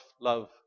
love